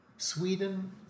Sweden